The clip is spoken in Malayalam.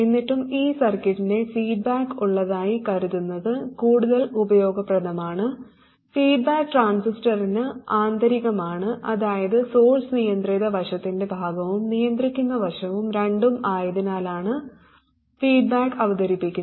എന്നിട്ടും ഈ സർക്യൂട്ടിനെ ഫീഡ്ബാക്ക് ഉള്ളതായി കരുതുന്നത് കൂടുതൽ ഉപയോഗപ്രദമാണ് ഫീഡ്ബാക്ക് ട്രാൻസിസ്റ്ററിന് ആന്തരികമാണ് അതായത് സോഴ്സ് നിയന്ത്രിത വശത്തിന്റെ ഭാഗവും നിയന്ത്രിക്കുന്ന വശവും രണ്ടും ആയതിനാലാണ് ഫീഡ്ബാക്ക് അവതരിപ്പിക്കുന്നത്